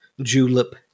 Julep